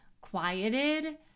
quieted